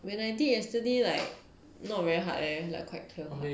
when I did yesterday like not very hard eh like quite clear cut